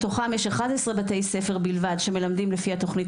מתוכם יש 11 בתי ספר בלבד שמלמדים לפני התוכנית